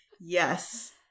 Yes